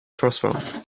transformed